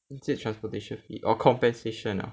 is it transportation fee or compensation ah